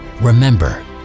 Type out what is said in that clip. Remember